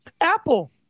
Apple